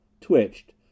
twitched